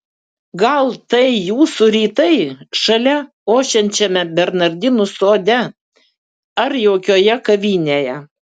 gal tai jūsų rytai šalia ošiančiame bernardinų sode ar jaukioje kavinėje